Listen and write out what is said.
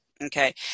okay